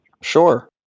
Sure